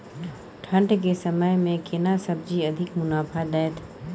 ठंढ के समय मे केना सब्जी अधिक मुनाफा दैत?